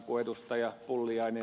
pulliainen ja ed